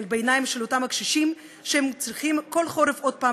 בעיניים של אותם קשישים שצריכים כל חורף עוד פעם